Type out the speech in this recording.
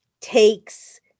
takes